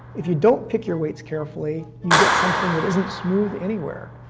if you don't pick your weights carefully, you get something that isn't smooth anywhere.